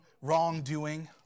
wrongdoing